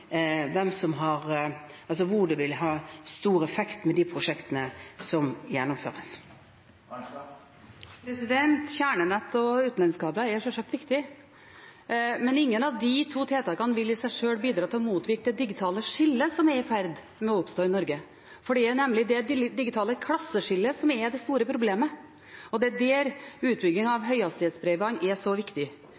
hvor det vil være stor effekt av de prosjektene som gjennomføres. Kjernenett og utenlandskabler er sjølsagt viktig. Men ingen av de to tiltakene vil i seg sjøl bidra til å motvirke det digitale skillet som er i ferd med å oppstå i Norge, for det er nemlig det digitale klasseskillet som er det store problemet. Det er der utbyggingen av